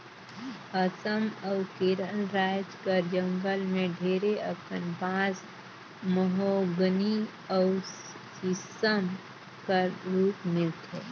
असम अउ केरल राएज कर जंगल में ढेरे अकन बांस, महोगनी अउ सीसम कर रूख मिलथे